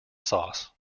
sauce